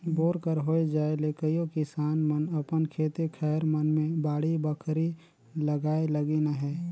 bore कर होए जाए ले कइयो किसान मन अपन खेते खाएर मन मे बाड़ी बखरी लगाए लगिन अहे